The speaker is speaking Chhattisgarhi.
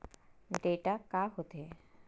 डेटा का होथे?